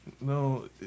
No